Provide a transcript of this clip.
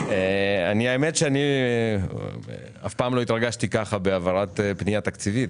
האמת שאני אף פעם לא התרגשתי ככה בהעברת פנייה תקציבית.